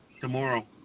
Tomorrow